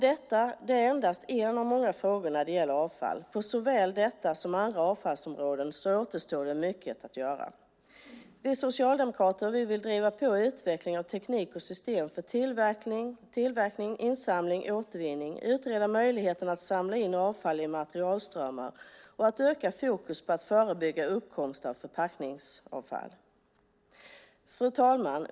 Detta är endast en av många frågor när det gäller avfall. På så väl detta som andra avfallsområden återstår mycket att göra. Vi socialdemokrater vill driva på utvecklingen av teknik och system för tillverkning, insamling och återvinning. Vi vill utreda möjligheterna att samla in avfall i materialströmmar och öka fokus på att förebygga uppkomst av förpackningsavfall. Fru talman!